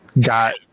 got